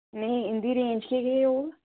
नेई इं'दी रेंज केह् केह् होग